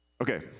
Okay